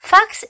?Fox